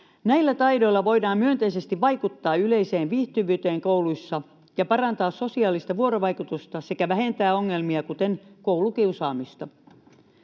Näillä taidoilla voidaan myönteisesti vaikuttaa yleiseen viihtyvyyteen kouluissa ja parantaa sosiaalista vuorovaikutusta sekä vähentää ongelmia, kuten koulukiusaamista.